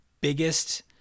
biggest